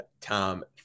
Tom